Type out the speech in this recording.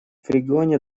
регионе